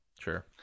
sure